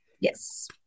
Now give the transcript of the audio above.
Yes